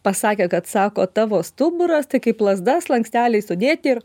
pasakė kad sako tavo stuburas tai kaip lazda slanksteliai sudėti ir